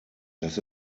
das